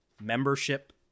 membership